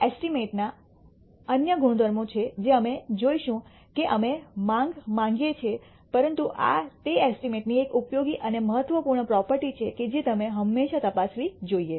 એસ્ટીમેના અન્ય ગુણધર્મો છે અમે જોશું કે અમે માંગ માંગીએ છીએ પરંતુ આ તે એસ્ટીમેની એક ઉપયોગી અને મહત્વપૂર્ણ પ્રોપર્ટી છે કે જે તમે હંમેશા તપાસવી જોઈએ